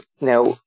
now